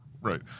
Right